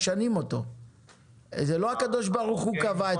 זה לא משהו שהקדוש ברוך הוא קבע,